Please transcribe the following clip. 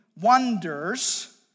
wonders